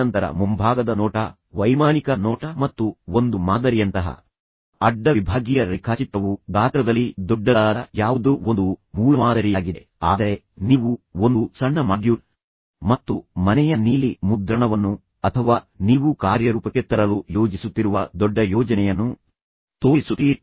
ತದನಂತರ ಮುಂಭಾಗದ ನೋಟ ವೈಮಾನಿಕ ನೋಟ ಮತ್ತು ಒಂದು ಮಾದರಿಯಂತಹ ಅಡ್ಡ ವಿಭಾಗೀಯ ರೇಖಾಚಿತ್ರವು ಗಾತ್ರದಲ್ಲಿ ದೊಡ್ಡದಾದ ಯಾವುದೋ ಒಂದು ಮೂಲಮಾದರಿಯಾಗಿದೆ ಆದರೆ ನೀವು ಒಂದು ಸಣ್ಣ ಮಾಡ್ಯೂಲ್ ಮತ್ತು ಮನೆಯ ನೀಲಿ ಮುದ್ರಣವನ್ನು ಅಥವಾ ನೀವು ಕಾರ್ಯರೂಪಕ್ಕೆ ತರಲು ಯೋಜಿಸುತ್ತಿರುವ ದೊಡ್ಡ ಯೋಜನೆಯನ್ನು ತೋರಿಸುತ್ತೀರಿ